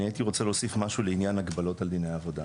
אני הייתי רוצה להוסיף משהו לעניין הגבלות על דיני העבודה.